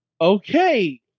okay